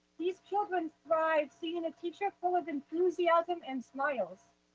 these children thrive seeing and a teacher full of enthusiasm and smiles.